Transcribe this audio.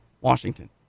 Washington